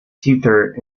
theatre